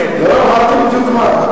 לא, אמרתי בדיוק מה.